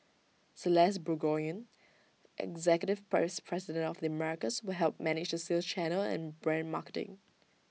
celeste Burgoyne executive price president of the Americas will help manage the sales channel and brand marketing